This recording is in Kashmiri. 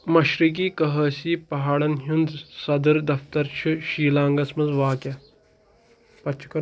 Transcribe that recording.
مشرقی کہٲسی پہاڑَن ہُنٛد صدر دفتر چھُ شیٖلانٛگَس منٛز واقعہ پتہٕ چھِ کہ